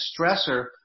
stressor